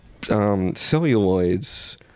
celluloids